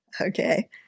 Okay